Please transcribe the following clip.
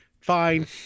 fine